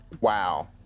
Wow